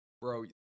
bro